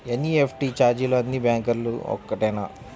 NEFT ఛార్జీలు అన్నీ బ్యాంక్లకూ ఒకటేనా?